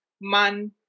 man